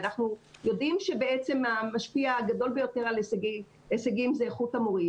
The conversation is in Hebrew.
ואנחנו יודעים שבעצם המשפיע הגדול ביותר על הישגים זה איכות המורים.